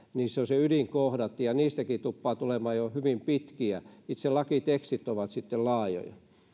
ovat ne ydinkohdat ja niistäkin tuppaa tulemaan jo hyvin pitkiä itse lakitekstit ovat sitten laajoja